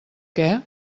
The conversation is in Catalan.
què